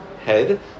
head